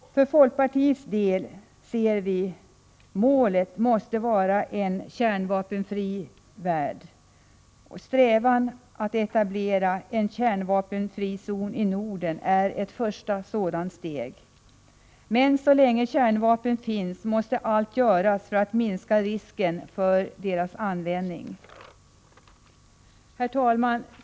Enligt folkpartiets mening måste målet vara en kärnvapenfri värld. Strävan att etablera en kärnvapenfri zon i Norden är ett första steg mot detta mål. Men så länge kärnvapen finns måste allt göras för att minska risken för deras användning. Herr talman!